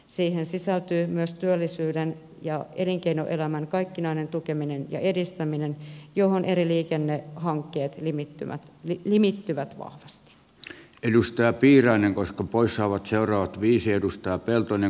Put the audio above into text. siihen sisältyy myös työllisyyden ja elinkeinoelämän kaikkinainen tukeminen ja edistäminen mihin eri liikennehankkeet limittyvät vahvasti edustaa piirainen koska poissa ovat seuraavat viisi edustaa peltonen